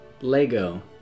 Lego